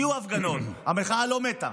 כי יהיו הפגנות, המחאה לא מתה,